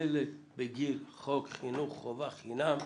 ילד בגיל חוק חינוך חובה חינם,